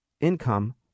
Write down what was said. income